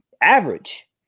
average